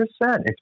percent